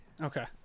Okay